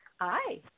Hi